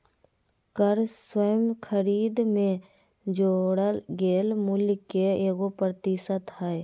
कर स्वयं खरीद में जोड़ल गेल मूल्य के एगो प्रतिशत हइ